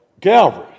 Calvary